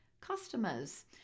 customers